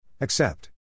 Accept